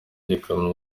ikamyo